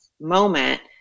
moment